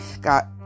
got